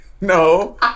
No